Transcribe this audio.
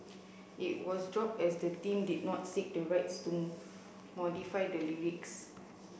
it was dropped as the team did not seek the rights to modify the lyrics